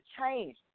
change